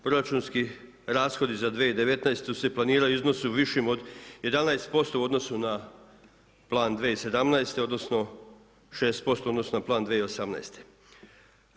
Proračunski rashodi za 2019.-tu se planiraju u iznosu višim od 11% u odnosu na plan 2017.-te odnosno 6% odnosno na plan 2018.-te.